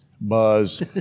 Buzz